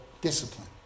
discipline